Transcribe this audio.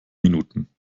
minuten